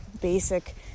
basic